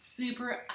Super